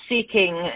seeking